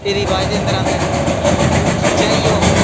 एह् रवाज दे आंदर आंदा ऐ चाहे ओह्